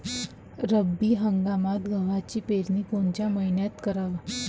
रब्बी हंगामात गव्हाची पेरनी कोनत्या मईन्यात कराव?